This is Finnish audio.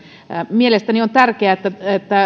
mielestäni on tärkeää että